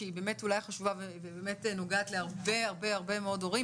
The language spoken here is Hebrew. שהיא אולי החשובה ובאמת נוגעת להרבה הרבה מאוד הורים,